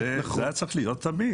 זה היה צריך להיות תמיד.